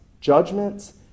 judgments